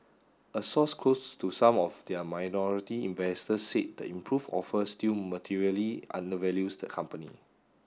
a source close to some of their minority investors said the improved offer still materially undervalues the company